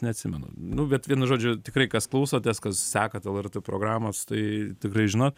neatsimenu nu bet vienu žodžiu tikrai kas klausotės kas sekat lrt programas tai tikrai žinot